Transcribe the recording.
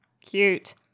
cute